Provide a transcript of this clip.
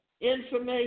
information